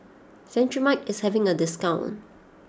Cetrimide is having a discount